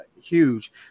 huge